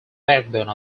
backbone